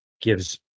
gives